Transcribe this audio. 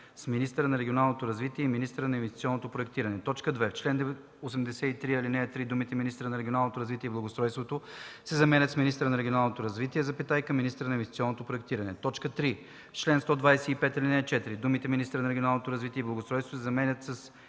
с „министъра на регионалното развитие и министъра на инвестиционното проектиране”. 2. В чл. 83, ал. 3 думите „министъра на регионалното развитие и благоустройството” се заменят с „министъра на регионалното развитие, министъра на инвестиционното проектиране”. 3. В чл. 125, ал. 4 думите „министъра на регионалното развитие и благоустройството” се заменят с